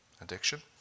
Addiction